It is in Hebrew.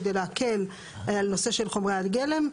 כדי להקל על נושא של חומרי הגלם.